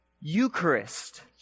Eucharist